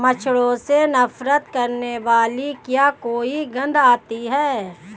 मच्छरों से नफरत करने वाली क्या कोई गंध आती है?